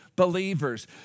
believers